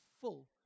full